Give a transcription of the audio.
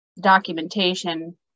Documentation